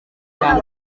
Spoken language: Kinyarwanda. cya